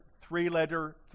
three-letter